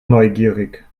neugierig